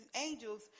angels